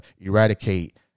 eradicate